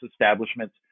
establishments